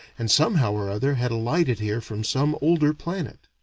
and somehow or other had alighted here from some older planet.